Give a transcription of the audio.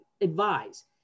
advise